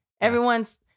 Everyone's